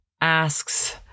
asks